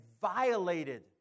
violated